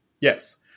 Yes